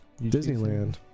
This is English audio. Disneyland